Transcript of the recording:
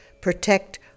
protect